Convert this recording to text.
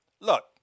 Look